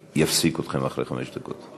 אפסיק אתכם אחרי חמש דקות.